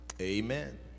Amen